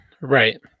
Right